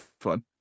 fun